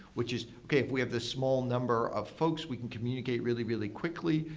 which is, okay. if we have this small number of folks, we can communicate really, really quickly,